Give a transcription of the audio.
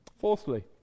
Fourthly